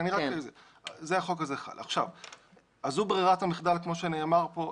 זו ברירת המחדל, כמו שנאמר פה.